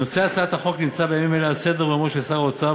נושא הצעת החוק נמצא בימים אלה על סדר-יומו של שר האוצר,